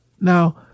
Now